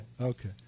Okay